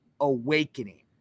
awakening